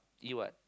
eat what